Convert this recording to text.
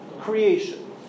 creation